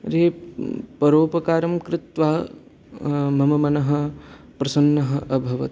तर्हि परोपकारं कृत्वा मम मनः प्रसन्नम् अभवत्